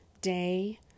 day